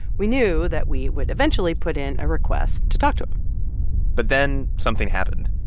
we knew that we would eventually put in a request to talk to him but then something happened.